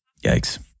Yikes